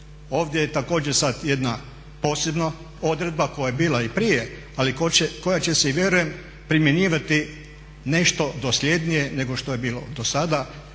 ovdje je također sad jedna posebna odredba koja je bila i prije, ali koja će se i vjerujem primjenjivati nešto dosljednije nego što je bilo do sada